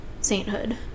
sainthood